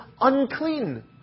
unclean